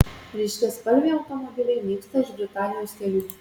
ryškiaspalviai automobiliai nyksta iš britanijos kelių